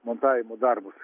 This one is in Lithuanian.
montavimo darbus